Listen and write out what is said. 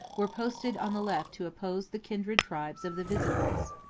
were posted on the left to oppose the kindred tribes of the visigoths.